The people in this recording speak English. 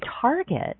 target